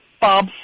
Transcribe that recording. Bob